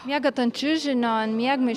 miegat ant čiužinio miegmaišio